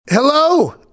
hello